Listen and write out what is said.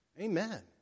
Amen